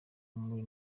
muri